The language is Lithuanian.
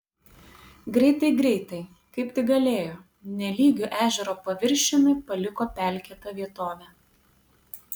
greitai greitai kaip tik galėjo nelygiu ežero paviršiumi paliko pelkėtą vietovę